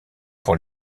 pour